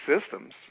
systems